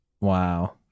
wow